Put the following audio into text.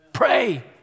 Pray